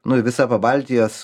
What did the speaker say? nu ir visa pabaltijos